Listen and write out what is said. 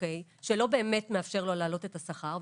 שלא באמת מאפשר לו להעלות את השכר,